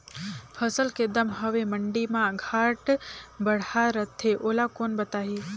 फसल के दम हवे मंडी मा घाट बढ़ा रथे ओला कोन बताही?